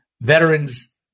veterans